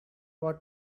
what